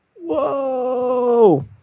Whoa